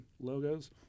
logos